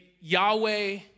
Yahweh